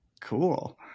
Cool